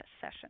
session